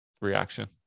reaction